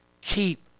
Keep